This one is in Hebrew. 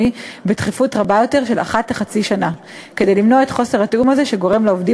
תציג את הצעת החוק חברת הכנסת עדי קול.